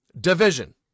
Division